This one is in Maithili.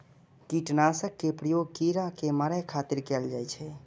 कीटनाशक के प्रयोग कीड़ा कें मारै खातिर कैल जाइ छै